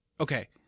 okay